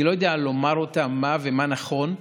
אני לא יודע לומר אותן, מה ומה נכון.